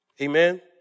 Amen